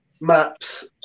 maps